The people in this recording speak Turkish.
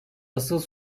asıl